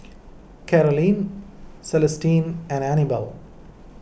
Carolyne Celestine and Anibal